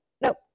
Nope